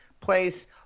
place